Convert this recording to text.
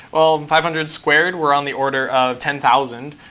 well, five hundred squared, we're on the order of ten thousand,